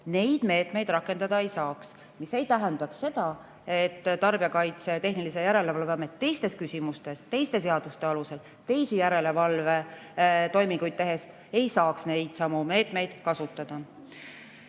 neid meetmeid rakendada ei saaks. See ei tähenda seda, et Tarbijakaitse ja Tehnilise Järelevalve Amet teistes küsimustes, teiste seaduste alusel teisi järelevalvetoiminguid tehes ei saaks neid meetmeid kasutada. Kahju,